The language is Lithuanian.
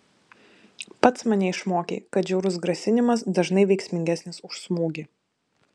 pats mane išmokei kad žiaurus grasinimas dažnai veiksmingesnis už smūgį